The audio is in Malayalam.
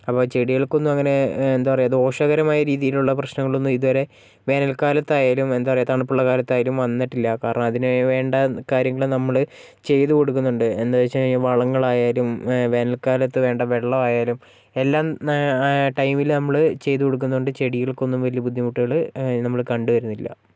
അപ്പോള് ചെടികൾക്കൊന്നും അങ്ങനെ എന്താണ് പറയുക ദോഷകരമായ രീതിയിലുള്ള പ്രശ്നങ്ങളൊന്നും ഇതുവരെ വേനൽക്കാലത്തായാലും എന്താണ് പറയുക തണുപ്പുള്ള കാലത്തായാലും വന്നിട്ടില്ല കാരണം അതിനുവേണ്ട കാര്യങ്ങള് നമ്മള് ചെയ്തുകൊടുക്കുന്നുണ്ട് എന്താണെന്നുവെച്ചാല് വളങ്ങളായാലും വേനൽക്കാലത്ത് വേണ്ട വെള്ളമായാലും എല്ലാം ടൈമില് നമ്മള് ചെയ്തുകൊടുക്കുന്നുണ്ട് ചെടികൾക്കൊന്നും വലിയ ബുദ്ധിമുട്ടുകള് നമ്മള് കണ്ടുവരുന്നില്ല